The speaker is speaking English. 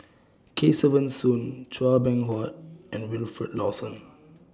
Kesavan Soon Chua Beng Huat and Wilfed Lawson